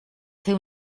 fer